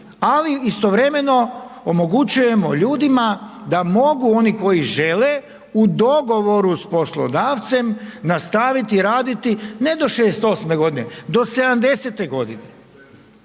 ali istovremeno omogućujemo ljudima da mogu oni koji žele u dogovoru sa poslodavcem, nastaviti raditi ne do 68 g., do 70-te godine.